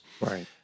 right